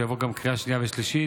ושהוא יעבור גם בקריאה שנייה ושלישית.